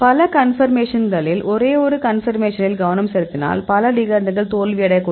பல கன்பர்மேஷன்களில் ஒரே ஒரு கன்பர்மேஷனில் கவனம் செலுத்தினால் பல லிகெண்டுகள் தோல்வியடையக்கூடும்